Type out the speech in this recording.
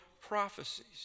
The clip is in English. prophecies